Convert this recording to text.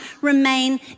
remain